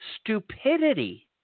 stupidity